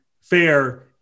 fair